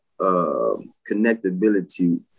connectability